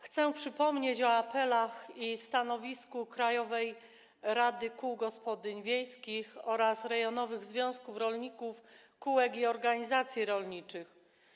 Chcę przypomnieć o apelach i stanowisku Krajowej Rady Kół Gospodyń Wiejskich oraz rejonowych związków rolników, kółek i organizacji rolniczych.